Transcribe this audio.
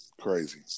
crazy